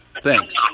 Thanks